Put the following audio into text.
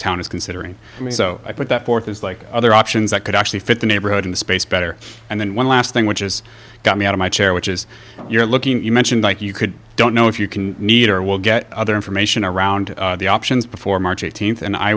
town is considering i mean so i put that forth as like other options that could actually fit the neighborhood in the space better and then one last thing which is got me out of my chair which is you're looking you mentioned like you could don't know if you can need or will get other information around the options before march eighteenth and i